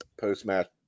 post-match